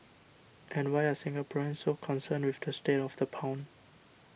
and why are Singaporeans so concerned with the state of the pound